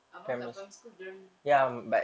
abang kat primary school dia orang